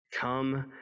Come